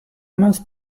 mince